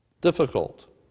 difficult